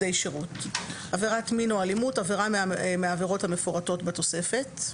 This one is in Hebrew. "עבירת מין או אלימות"- עבירה מהעבירות המפורטות בתוספת;